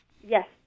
Yes